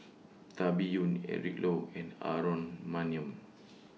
Tan Biyun Eric Low and Aaron Maniam